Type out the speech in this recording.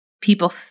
people